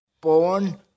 born